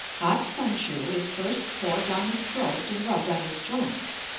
hot samshoo is first poured down his throat and rubbed on his joints,